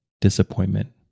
disappointment